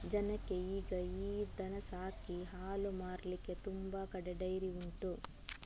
ಜನಕ್ಕೆ ಈಗ ಈ ದನ ಸಾಕಿ ಹಾಲು ಮಾರ್ಲಿಕ್ಕೆ ತುಂಬಾ ಕಡೆ ಡೈರಿ ಉಂಟು